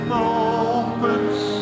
moments